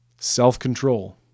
Self-control